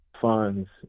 funds